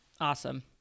Awesome